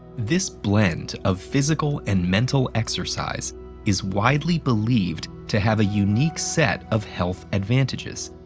this blend of physical and mental exercise is widely believed to have a unique set of health advantages.